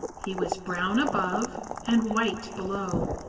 he was brown above and white below.